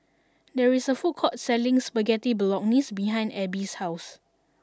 there is a food court selling Spaghetti Bolognese behind Ebbie's house